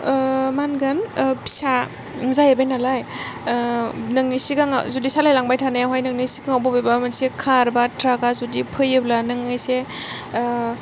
मा होनगोन फिसा जाहैबाय नालाय नोंनि सिगाङाव जुदि सालायलांबाय थानायावहाय नोंनि सिगाङाव बबेबा मोनसे खार बा ट्राक आं जुदि फैयोब्ला नों एसे